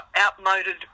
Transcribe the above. outmoded